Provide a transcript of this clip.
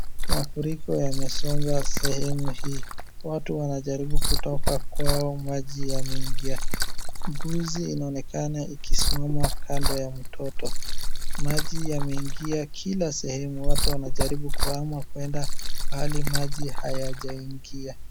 Mafuriko yamesonga sehemu hii. Watu wanajaribu kutoka kwao maji yameingia. Mbuzi inaonekana ikisimama kando ya mtoto. Maji yameingia kila sehemu. watu wanajaribu kuhama kwenda mahali maji hayajaingia.